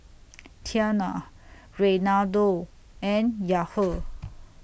Tiana Reinaldo and Yahir